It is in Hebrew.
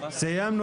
הקניונים,